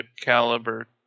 caliber